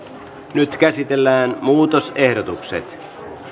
nyt käsitellään muutosehdotukset